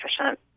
efficient